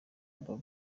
babou